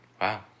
Wow